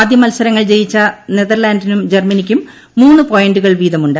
ആദ്യ മത്സരങ്ങൾ ജയിച്ച നെതർലന്റ്സിനും ജർമ്മനിക്കും മൂന്ന് പോയിന്റുകൾ വീതമുണ്ട്